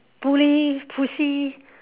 bully pussy